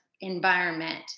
environment